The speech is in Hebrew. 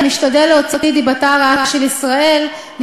המשתדל להוציא את דיבתה של ישראל רעה,